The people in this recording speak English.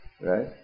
right